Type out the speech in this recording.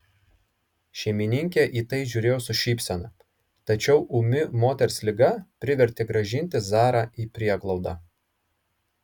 šeimininkė į tai žiūrėjo su šypsena tačiau ūmi moters liga privertė grąžinti zarą į prieglaudą